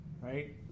right